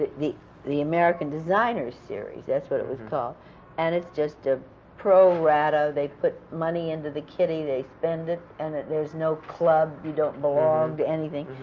the the american designers series that's what it was called and it's just a pro rata. they put money into the kitty, they spend it, and it there's no club. you don't belong to anything.